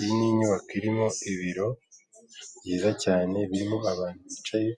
Iyi ni inyubako irimo ibiro byiza cyane birimo abantu bicaye,